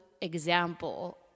example